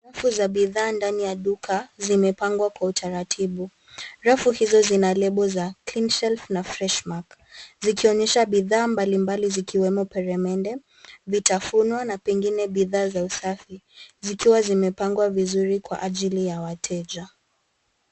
Rafu za bidhaa ndani ya duka zimepangwa kwa utaratibu. Rafu hizo zina lebo za CleanShelf na FreshMart zikionyesha bidhaa mbalimbali zikiwemo: peremende, vitafuno na pengine bidhaa za usafi, zikiwa zimepangwa vizuri kwa ajili ya wateja.